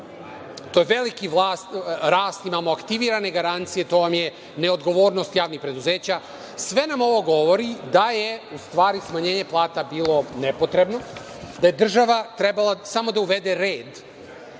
to je veliki rast i imamo aktivirane garancije i to vam je neodgovornost javnih preduzeća. Sve nam ovo govori da je ustvari smanjenje plata bilo nepotrebno, da je država trebala samo da uvede red